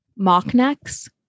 Mocknecks